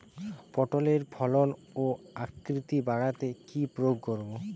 পটলের ফলন ও আকৃতি বাড়াতে কি প্রয়োগ করব?